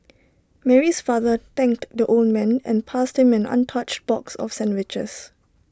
Mary's father thanked the old man and passed him an untouched box of sandwiches